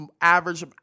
average